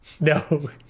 No